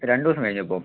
രണ്ട് ദിവസം കഴിഞ്ഞു ഇപ്പം